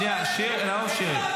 --- שנייה, נאור שירי.